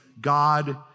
God